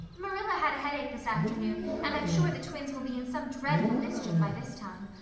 marilla had a headache this afternoon, and i'm sure the twins will be in some dreadful mischief by this time.